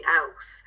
else